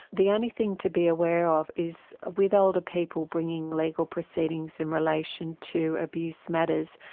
the only thing to be aware of is ah with older people bringing legal proceedings in relation to abuse matters,